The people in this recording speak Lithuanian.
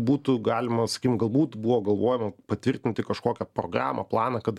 būtų galima sakim galbūt buvo galvojama patvirtinti kažkokią programą planą kad